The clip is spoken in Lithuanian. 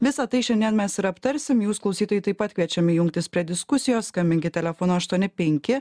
visą tai šiandien mes ir aptarsim jūs klausytojai taip pat kviečiami jungtis prie diskusijos skambinkit telefonu aštuoni penki